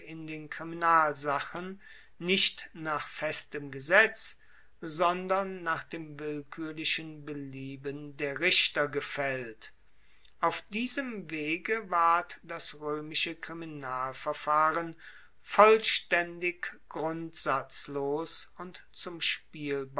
in den kriminalsachen nicht nach festem gesetz sondern nach dem willkuerlichen belieben der richter gefaellt auf diesem wege ward das roemische kriminalverfahren vollstaendig grundsatzlos und zum